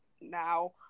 now